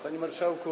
Panie Marszałku!